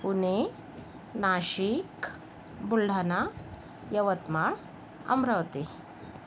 Pune Nashik Buldhana Yavatmal Amravati